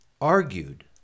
argued